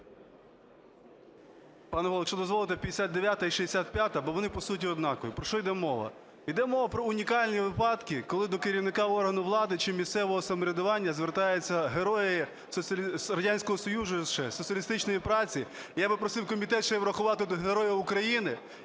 Пане Голово, якщо дозволите, 59-а і 65-а, бо вони по суті однакові. Про що йде мова? Йде мова про унікальні випадки, коли до керівника органу влади чи місцевого самоврядування звертаються герої Радянського Союзу ще, соціалістичної праці, я би просив комітет ще врахувати Героя України.